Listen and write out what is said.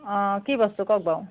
অ কি বস্তু কওক বাৰু